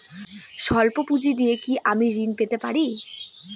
সল্প পুঁজি দিয়ে কি আমি ঋণ পেতে পারি?